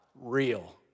real